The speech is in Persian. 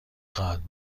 خواهد